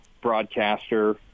broadcaster